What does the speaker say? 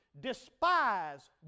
despise